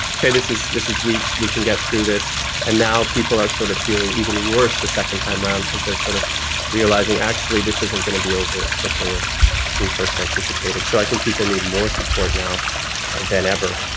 this is this is weeks, we can get through this and now people are sort of feeling even worse the second time around because they're sort of realizing this isn't going to be over as quickly as we first anticipated. so i think people need more support now than ever,